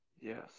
Yes